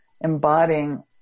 embodying